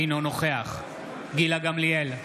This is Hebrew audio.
אינו נוכח גילה גמליאל,